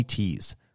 ets